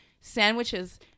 sandwiches